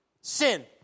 sin